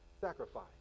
sacrifice